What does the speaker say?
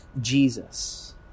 Jesus